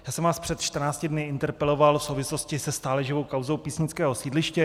Já jsem vás před 14 dny interpeloval v souvislosti se stále živou kauzou písnického sídliště.